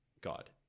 God